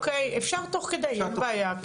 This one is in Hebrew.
אפשר תוך כדי אין בעיה,